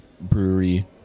Brewery